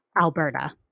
Alberta